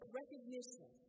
recognition